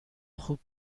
خوب